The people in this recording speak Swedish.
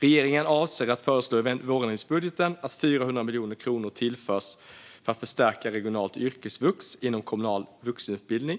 Regeringen avser att föreslå i vårändringsbudgeten att 400 miljoner kronor tillförs för att förstärka regionalt yrkesvux inom kommunal vuxenutbildning,